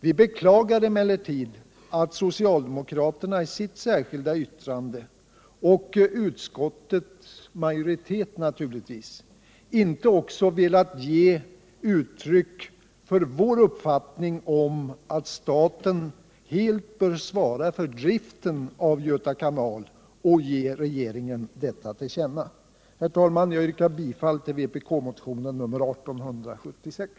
Vi beklagar emellertid att inte socialdemokraterna i sitt särskilda yttrande — och naturligtvis även utskottsmajoriteten — också velat ge uttryck för vpk:s uppfattning att staten helt bör svara för driften av Göta kanal och föreslagit att riksdagen borde ge regeringen denna uppfattning till känna. Jag yrkar bifall till vpk-motionen nr 1876.